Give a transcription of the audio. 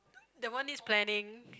that one needs planning